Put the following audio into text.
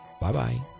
bye-bye